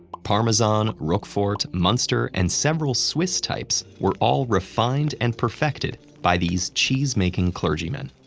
parmesan, roquefort, munster and several swiss types were all refined and perfected by these cheesemaking clergymen.